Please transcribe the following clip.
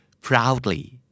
Proudly